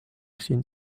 sind